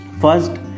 First